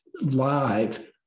live